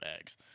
eggs